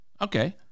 okay